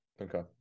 Okay